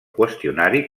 qüestionari